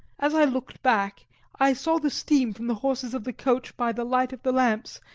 as i looked back i saw the steam from the horses of the coach by the light of the lamps,